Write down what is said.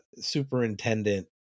superintendent